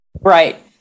Right